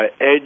edge